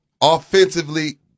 Offensively